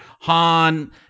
Han